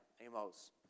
Amos